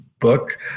book